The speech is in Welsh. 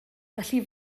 felly